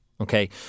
okay